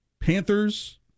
Panthers